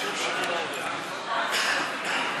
ישיבות והקלטתן וניהול פרוטוקול ופרסומו),